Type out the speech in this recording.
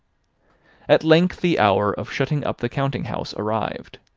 at length the hour of shutting up the counting-house arrived.